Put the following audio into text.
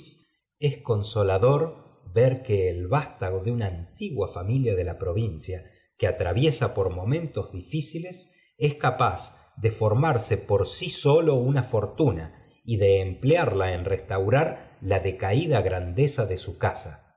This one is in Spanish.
es consolador ver que el vastago de una antigua familia de la provincia que atraviesa por momentos difíciles es capaz de formarse por sí solo una fortuna y de emplearla en restaurar la decaída grandeza de su casa